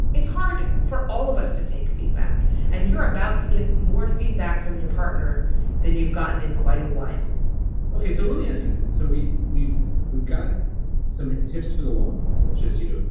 it's hard for all of us to take feedback and you're about to get more feedback from your partner than you've gotten in quite a while okay. so let me ask you this. so we we've we've got some tips for the long haul, which is, you know,